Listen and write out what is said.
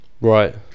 right